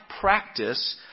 practice